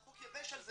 החוק יבש על זה,